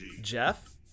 Jeff